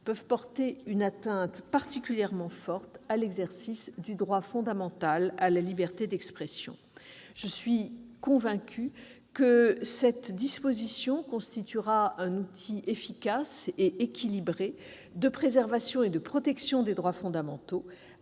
peuvent porter une atteinte particulièrement forte à l'exercice du droit fondamental à la liberté d'expression. Je suis convaincue que cette disposition constituera un outil efficace et équilibré de préservation et de protection des droits fondamentaux,